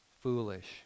Foolish